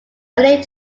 early